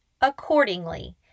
accordingly